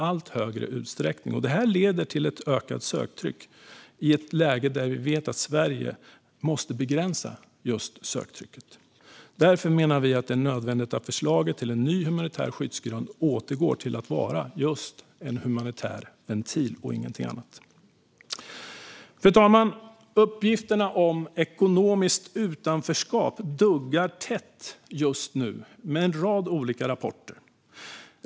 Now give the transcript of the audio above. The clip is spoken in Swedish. Detta kommer att leda till ett ökat söktryck i ett läge där vi vet att Sverige måste begränsa just söktrycket. Därför menar vi att det är nödvändigt att förslaget till en ny humanitär skyddsgrund återgår till att vara just en humanitär ventil och ingenting annat. Fru talman! Uppgifterna om ekonomiskt utanförskap duggar tätt just nu i en rad olika rapporter.